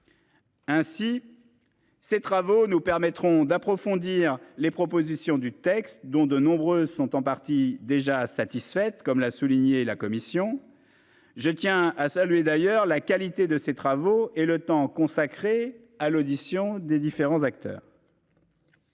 Ainsi. Ces travaux nous permettront d'approfondir les propositions du texte, dont de nombreuses sont en partie déjà satisfaite. Comme l'a souligné la Commission. Je tiens à saluer d'ailleurs la qualité de ses travaux et le temps consacré à l'audition des différents acteurs.